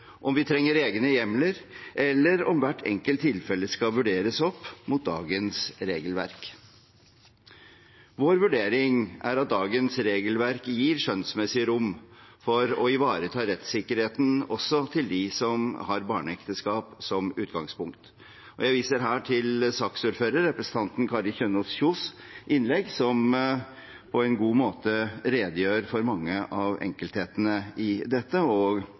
om vi trenger egne hjemler, eller om hvert enkelt tilfelle skal vurderes opp mot dagens regelverk. Vår vurdering er at dagens regelverk gir skjønnsmessig rom for å ivareta rettssikkerheten også for dem som har barneekteskap som utgangspunkt. Jeg viser her til innlegget til saksordføreren, representanten Kari Kjønaas Kjos, som på en god måte redegjør for mange av enkelthetene i dette.